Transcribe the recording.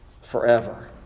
forever